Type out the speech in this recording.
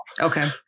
Okay